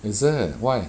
is it why